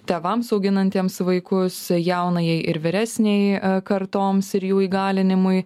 tėvams auginantiems vaikus jaunajai ir vyresnei kartoms ir jų įgalinimui